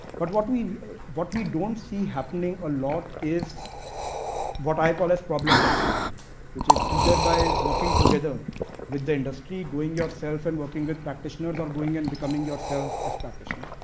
but what we what we don't see happening a lot is what i call as problem proximity which is either by working together with the industry, going yourself and working with practitioners, or um going and becoming yourself as practitioner.